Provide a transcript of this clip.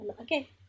Okay